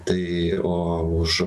tai o už